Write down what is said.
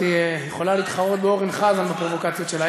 זאת יכולה להתחרות באורן חזן בפרובוקציות שלה.